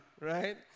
right